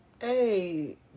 hey